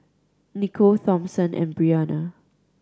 Nicole Thompson and Brianna